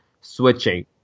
switching